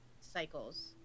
cycles